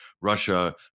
Russia